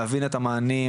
להבין את המענים,